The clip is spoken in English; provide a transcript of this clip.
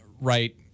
right